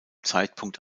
zeitpunkt